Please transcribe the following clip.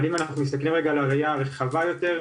אבל אם אנחנו מסתכלים רגע על הראייה הרחבה יותר,